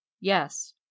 Yes